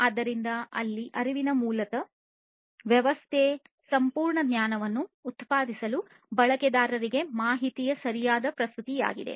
ಆದ್ದರಿಂದ ಇಲ್ಲಿ ಅರಿವಿನ ಮೂಲಕ ಮೂಲತಃ ವ್ಯವಸ್ಥೆಯ ಸಂಪೂರ್ಣ ಜ್ಞಾನವನ್ನು ಉತ್ಪಾದಿಸಲು ಬಳಕೆದಾರರಿಗೆ ಮಾಹಿತಿಯ ಸರಿಯಾದ ಪ್ರಸ್ತುತಿಯಾಗಿದೆ